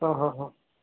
ಹಾಂ ಹಾಂ ಹಾಂ